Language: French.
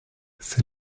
c’est